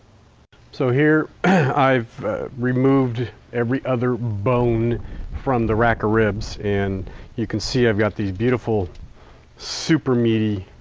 so here i've removed every other bone from the rack of ribs and you can see i've got these beautiful super meaty,